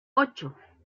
ocho